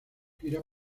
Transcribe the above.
gira